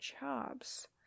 jobs